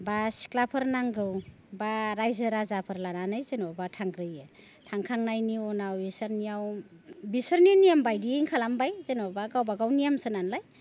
बा सिख्लाफोर नांगौ बा रायजो राजाफोर लानानै जेनेबा थांग्रोयो थांखांनायनि उनाव बिसोरनियाव बिसोरनि नियेम बायदियैनो खालामबाय जेनेबा गावबा गाव नियेमसो नालाय